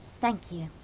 thank you,